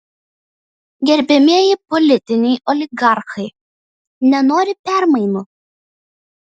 gerbiamieji politiniai oligarchai nenori permainų